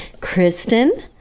Kristen